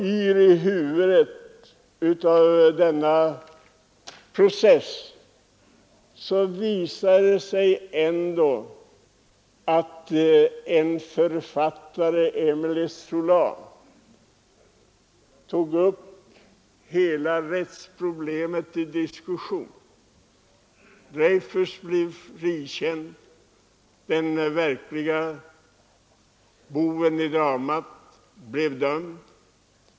Allmänheten hade förts bakom ljuset i denna process. En författare, Émile Zola, tog dock upp hela denna rättsfråga till diskussion, Dreyfus blev frikänd och den verklige boven i dramat fängslades.